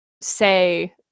say